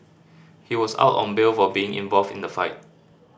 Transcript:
he was out on bail for being involved in the fight